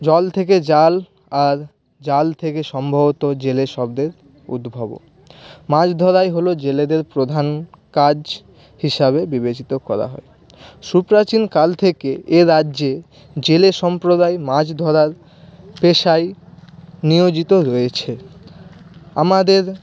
জল থেকে জাল আর জাল থেকে সম্ভবত জেলে শব্দের উদ্ভবও মাছ ধরাই হলো জেলেদের প্রধান কাজ হিসাবে বিবেচিত করা হয় সুপ্রাচীন কাল থেকে এ রাজ্যে জেলে সম্প্রদায় মাছ ধরার পেশায় নিয়োজিত হয়েছে আমাদের